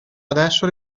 adesso